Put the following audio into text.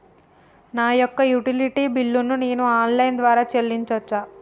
నా యొక్క utility bill ను నేను ఆన్ లైన్ ద్వారా చెల్లించొచ్చా?